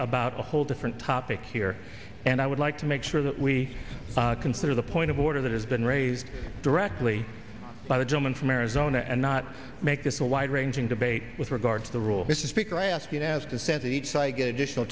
about a whole different topic here and i would like to make sure that we consider the point of order that has been raised directly by the gentleman from arizona and not make this a wide ranging debate with regard to the rule this is